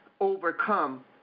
overcome